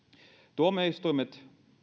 tuomioistuimet